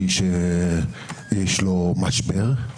מי שיש לו משבר,